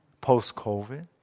post-COVID